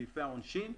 סעיפי העונשין.